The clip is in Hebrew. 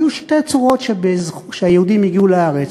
היו שתי צורות שהיהודים הגיעו לארץ: